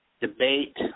debate